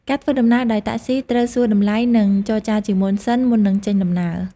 ការធ្វើដំណើរដោយតាក់ស៊ីត្រូវសួរតម្លៃនិងចរចាជាមុនសិនមុននឹងចេញដំណើរ។